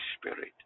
Spirit